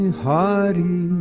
hari